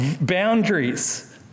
boundaries